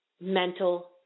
mental